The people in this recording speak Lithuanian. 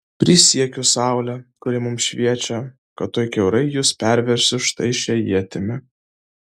prisiekiu saule kuri mums šviečia kad tuoj kiaurai jus perversiu štai šia ietimi